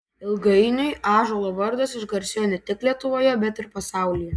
ilgainiui ąžuolo vardas išgarsėjo ne tik lietuvoje bet ir pasaulyje